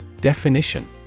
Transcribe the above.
Definition